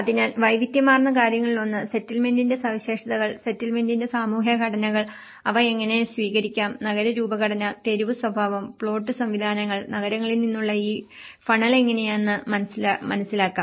അതിനാൽ വൈവിധ്യമാർന്ന കാര്യങ്ങളിൽ ഒന്ന് സെറ്റിൽമെന്റിന്റെ സവിശേഷതകൾ സെറ്റിൽമെന്റിന്റെ സാമൂഹിക ഘടനകൾ അവ എങ്ങനെ സ്വീകരിക്കാം നഗര രൂപഘടന തെരുവ് സ്വഭാവം പ്ലോട്ട് സംവിധാനങ്ങൾ നഗരങ്ങളിൽ നിന്നുള്ള ഈ ഫണൽ എങ്ങനെയെന്ന് മനസ്സിലാക്കാം